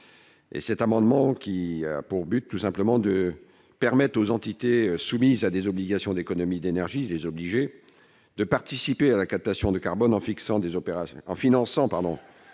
Cet amendement vise à permettre aux entités soumises à des obligations d'économies d'énergie- les obligés -de participer à la captation du carbone en finançant des opérations